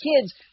kids